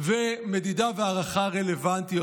מדידה והערכה רלוונטיות.